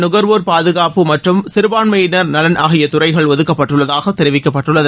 நுகர்வோர் பாதுகாப்பு மற்றம் சிறுபான்மையினர் நலன் ஆகிய துறைகள் துதுக்கப்பட்டுள்ளதாக தெரிவிக்கப்பட்டுள்ளது